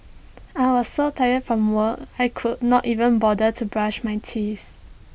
I was so tired from work I could not even bother to brush my teeth